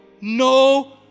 No